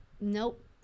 Nope